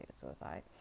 suicide